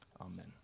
Amen